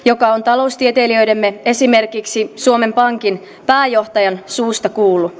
joka on taloustieteilijöidemme esimerkiksi suomen pankin pääjohtajan suusta kuultu